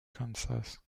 kansas